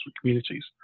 communities